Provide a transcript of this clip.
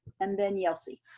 and then yelsey.